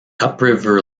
upriver